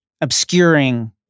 obscuring